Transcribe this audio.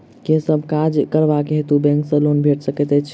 केँ सब काज करबाक हेतु बैंक सँ लोन भेटि सकैत अछि?